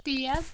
تیٖز